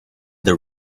the